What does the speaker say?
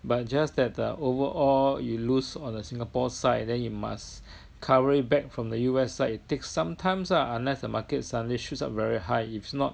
but just that the overall you lose on the Singapore side and then you must cover it back from the U_S side it take some times ah unless the market suddemly shoots up very high if not